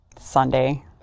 Sunday